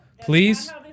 please